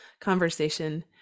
conversation